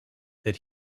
that